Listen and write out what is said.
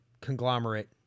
conglomerate